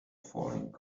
falling